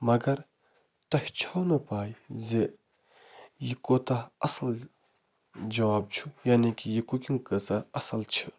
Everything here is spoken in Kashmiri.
مگر تۄہہِ چھَو نہٕ پَے زِ یہِ کوتاہ اصٕل جاب چھِ یعنی کہِ یہِ کُکِنگ کٔژاہ اصٕل چھِ